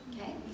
okay